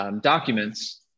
documents